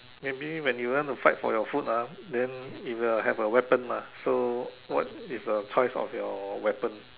maybe when you want to fight for your food ah then you will have a weapon mah so what is a choice of your weapon